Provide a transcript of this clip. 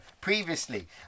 previously